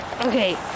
Okay